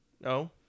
No